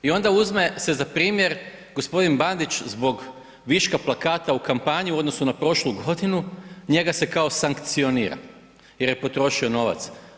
I onda uzme se za primjer g. Bandić zbog viška plakata u kampanji u odnosu na prošlu godinu, njega se kao sankcionira jer je potrošio novac.